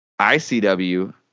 ICW